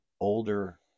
older